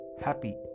happy